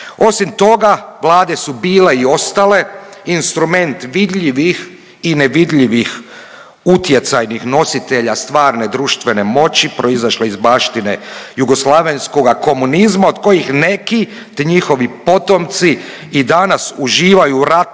Osim toga vlade su bile i ostale instrument vidljivih i nevidljivih utjecajnih nositelja stvarne društvene moći proizašle iz baštine jugoslavenskoga komunizma od kojih neki te njihovi potomci i danas uživaju u